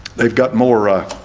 they've got more